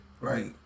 Right